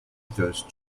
ghost